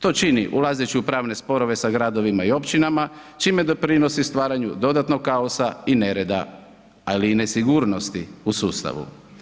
To čini ulazeći u pravne sporove sa gradovima i općinama čime doprinosi stvaranju dodatnog kaosa i nereda, ali i nesigurnosti u sustavu.